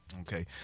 Okay